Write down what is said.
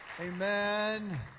Amen